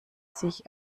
sich